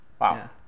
Wow